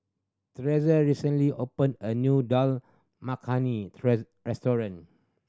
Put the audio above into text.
recently opened a new Dal Makhani restaurant